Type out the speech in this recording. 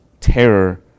terror